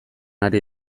ari